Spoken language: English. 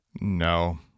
no